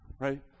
right